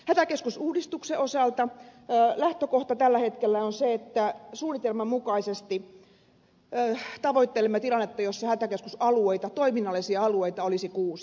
hätäkeskusuudistuksen osalta lähtökohta tällä hetkellä on se että suunnitelman mukaisesti tavoittelemme tilannetta jossa hätäkeskusalueita toiminnallisia alueita olisi kuusi